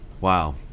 Wow